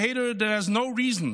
A hatred that has no reason,